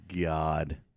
God